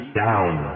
down